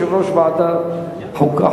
יושב-ראש ועדת החוקה,